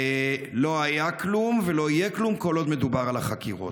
לא היה כלום ולא יהיה כלום כל עוד מדובר על החקירות,